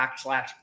backslash